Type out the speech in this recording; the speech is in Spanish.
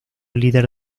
líder